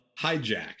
hijack